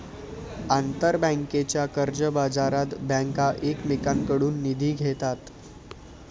आंतरबँकेच्या कर्जबाजारात बँका एकमेकांकडून निधी घेतात